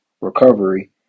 recovery